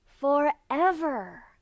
forever